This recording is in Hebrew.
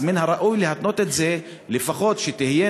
מן הראוי להתנות את זה כך שלפחות תהיה